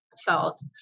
felt